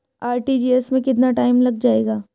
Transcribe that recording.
RTGS में कितना time लग जाएगा?